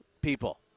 people